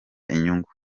inyungu